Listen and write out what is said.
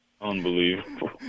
unbelievable